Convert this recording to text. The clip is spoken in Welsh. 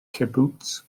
cibwts